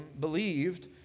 believed